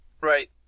right